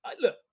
Look